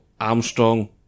Armstrong